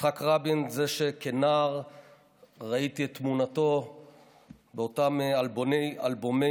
יצחק רבין הוא זה שכנער ראיתי את תמונתו באותם אלבומי